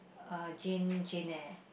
uh Jane Jane-Eyre